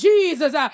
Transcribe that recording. Jesus